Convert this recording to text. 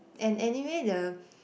and anyway the